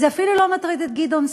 זה אפילו לא מטריד את גדעון סער,